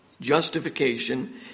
Justification